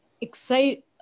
excite